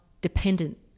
dependent